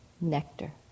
nectar